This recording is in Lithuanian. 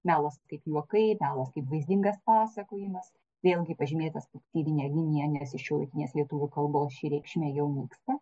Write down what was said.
melas kaip juokai melas kaip vaizdingas pasakojimas vėlgi pažymėtas punktyrine linija nes iš šiuolaikinės lietuvių kalbos ši reikšmė jau nyksta